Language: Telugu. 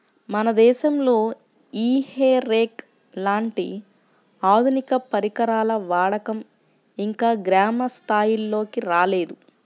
మన దేశంలో ఈ హే రేక్ లాంటి ఆధునిక పరికరాల వాడకం ఇంకా గ్రామ స్థాయిల్లోకి రాలేదు